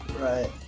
Right